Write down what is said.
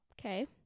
Okay